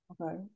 Okay